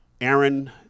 Aaron